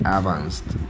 Advanced